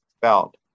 felt